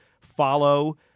follow